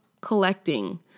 collecting